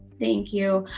thank you.